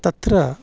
तत्र